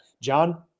john